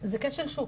זה כשל שוק.